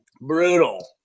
brutal